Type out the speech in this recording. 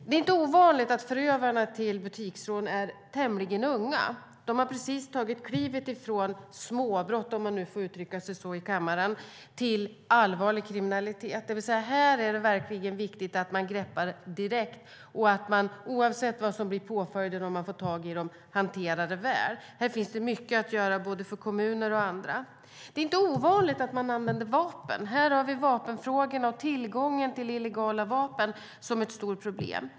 Det är inte ovanligt att förövarna vid butiksrån är tämligen unga. De har precis tagit klivet från småbrott, om man nu får uttrycka sig så i kammaren, till allvarlig kriminalitet. Här är det verkligen viktigt att man greppar tag direkt och att man oavsett vad som blir påföljden om man får tag i dem hanterar det väl. Här finns det mycket att göra för både kommuner och andra. Det är inte ovanligt att förövarna använder vapen. Här är vapenfrågorna och tillgången till illegala vapen ett stort problem.